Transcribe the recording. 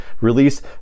release